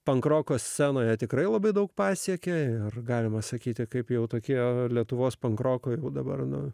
pankroko scenoje tikrai labai daug pasiekė ar galima sakyti kaip jau tokie lietuvos pankroko jeigu dabar nu